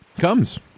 comes